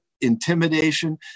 intimidation